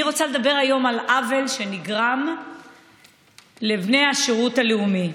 אני רוצה לדבר היום על עוול שנגרם לבני השירות הלאומי,